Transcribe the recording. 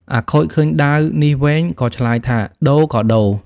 អាខូចឃើញដាវនេះវែង ក៏ឆ្លើយថា “ដូរក៏ដូរ ”។